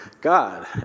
God